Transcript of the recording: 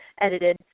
edited